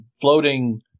floating